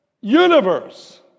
universe